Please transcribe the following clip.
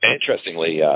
interestingly